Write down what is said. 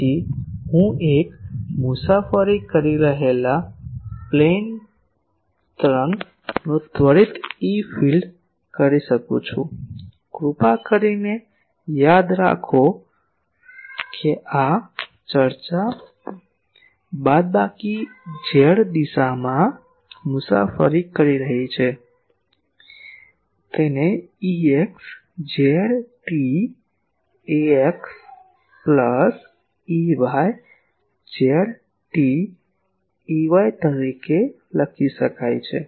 તેથી હું એક મુસાફરી કરી રહેલા પ્લેન તરંગનું ત્વરિત Efield કરી શકું છું કૃપા કરીને યાદ રાખો કે આ ચર્ચા બાદબાકી z દિશામાં મુસાફરી કરી રહી છે તેને Exz t ax plus Ey z t ay તરીકે લખી શકાય છે